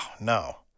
no